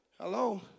Hello